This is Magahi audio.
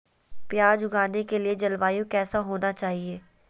प्याज उगाने के लिए जलवायु कैसा होना चाहिए?